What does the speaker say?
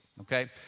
okay